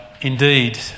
indeed